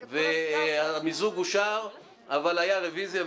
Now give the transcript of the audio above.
המיזוג אושר אבל הייתה רוויזיה,